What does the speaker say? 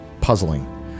puzzling